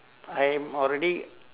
I'm already